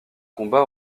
combats